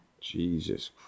Jesus